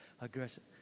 Aggressive